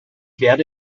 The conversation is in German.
werde